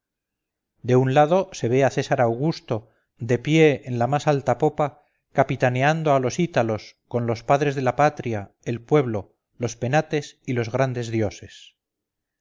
de un lado se ve a césar augusto de pie en la más alta popa capitaneando a los ítalos con los padres de la patria el pueblo los penates y los grandes dioses